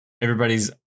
everybody's